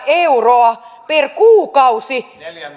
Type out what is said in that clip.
euroa per kuukausi